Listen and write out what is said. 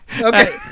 Okay